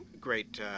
great